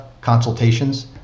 consultations